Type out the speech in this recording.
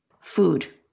food